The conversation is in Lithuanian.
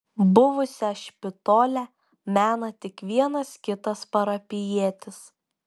buvusią špitolę mena tik vienas kitas parapijietis